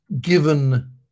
given